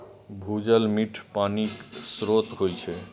भूजल मीठ पानिक स्रोत होइ छै